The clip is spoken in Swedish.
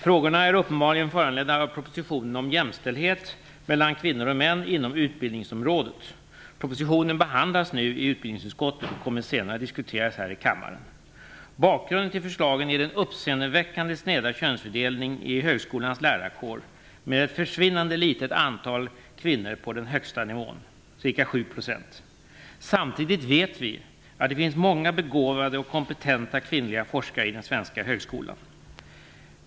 Frågorna är uppenbarligen föranledda av propositionen om jämställdhet mellan kvinnor och män inom utbildningsområdet. Propositionen behandlas nu i utbildningsutskottet och kommer senare att diskuteras här i kammaren. Bakgrunden till förslagen är den uppseendeväckande sneda könsfördelningen i högskolans lärarkår med ett försvinnande litet antal kvinnor på den högsta nivån, ca 7 %. Samtidigt vet vi att det finns många begåvade och kompetenta kvinnliga forskare i den svenska högskolan.